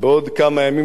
בעוד כמה ימים.